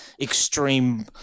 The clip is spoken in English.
extreme